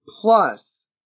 plus